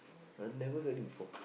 I have never heard it before